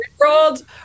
world